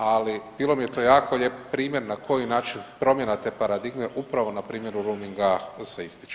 Ali bilo mi je to jako lijep primjer na koji način promjena te paradigme upravo na primjeru roaminga se ističe.